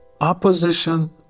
Opposition